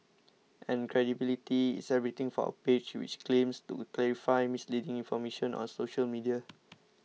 and credibility is everything for a page which claims to clarify misleading information on social media